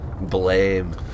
Blame